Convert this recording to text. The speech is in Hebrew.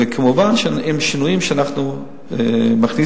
כמובן עם שינויים שאנחנו מכניסים,